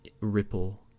ripple